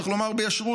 צריך לומר בישרות,